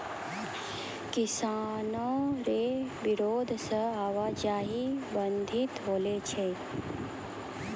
किसानो रो बिरोध से आवाजाही बाधित होलो छै